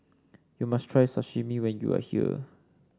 you must try Sashimi when you are here